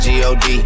G-O-D